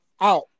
out